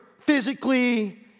physically